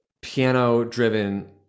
piano-driven